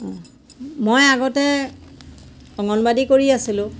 মই আগতে অংগনবাদী কৰি আছিলোঁ